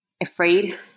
afraid